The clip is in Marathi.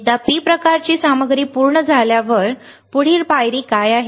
एकदा P प्रकारची सामग्री पूर्ण झाल्यावर पुढील पायरी काय आहे